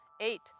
Eight